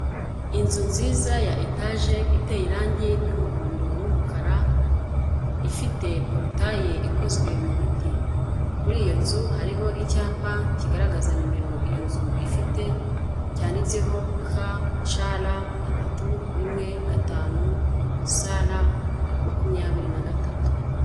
Inzu nziza ya etaje iteye irangi ry'umuhondo n'umukara, ifite porotaye ikozwe mu biti, kuri iyo nzu hariho icyapa kigaragaza nimero iyo nzu ifite cyanditseho ka ca ra gatatu rimwe gatanu sa ra makumyabiri na gatatu.